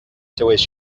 seues